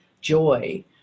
joy